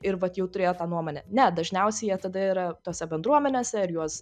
ir vat jau turėjo tą nuomonę ne dažniausiai jie tada yra tose bendruomenėse ir juos